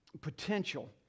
potential